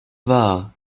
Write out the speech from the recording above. wahr